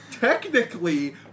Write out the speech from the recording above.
technically